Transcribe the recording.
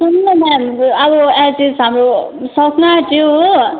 सुन्नु न म्याम अब एचएस हाम्रो सक्नु आँट्यो हो